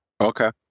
Okay